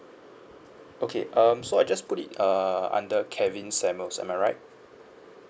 okay um so I just put it uh under kevin samuels am I right